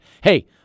Hey